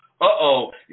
Uh-oh